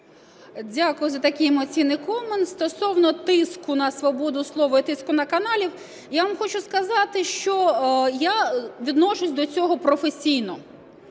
Дякую за такий емоційний комент. Стосовно тиску на свободу слова і тиску на канал, я вам хочу сказати, що я відношусь до цього професійно.